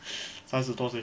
三十多岁